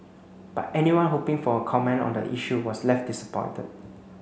but anyone hoping for a comment on the issue was left disappointed